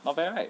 not bad right